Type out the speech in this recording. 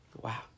Wow